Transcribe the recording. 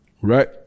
right